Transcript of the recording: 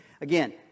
Again